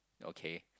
okay